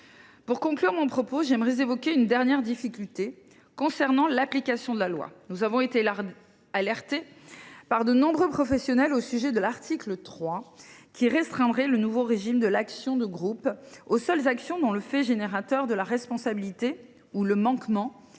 Pour conclure mon propos, je souhaite évoquer une dernière difficulté qui a trait à l’application de la future loi. Nous avons été alertés par de nombreux professionnels au sujet de l’article 3, qui restreindrait le nouveau régime de l’action de groupe aux seules actions dont le fait générateur de la responsabilité ou le manquement